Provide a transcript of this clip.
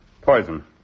Poison